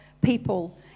people